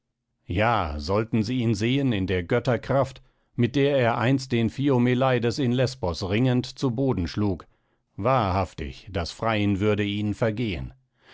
ja sollten sie ihn sehen in der götterkraft mit der er einst den phiomeleides in lesbos ringend zu boden schlug wahrhaftig das freien würde ihnen vergehen